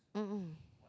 mmhmm